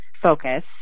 focus